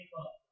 up